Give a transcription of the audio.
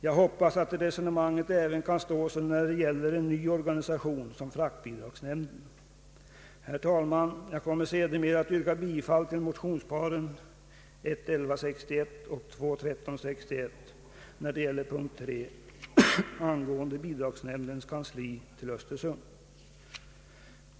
Jag hoppas att det resonemanget även kan stå sig när det gäller en ny organisation som fraktbidragsnämnden. Herr talman! Jag kommer sedermera att yrka bifall till motionerna I: 1161 och II: 1361 när det gäller förläggning av bidragsnämndens kansli till Östersund.